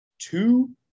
two –